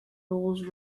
rolls